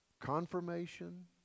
confirmation